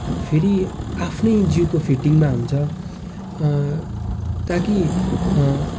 अन्त फेरि आफ्नै जिउको फिटिङमा हुन्छ ताकि